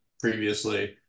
previously